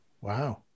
Wow